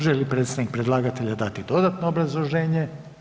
Želi li predstavnik predlagatelja dati dodatno obrazloženje?